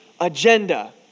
agenda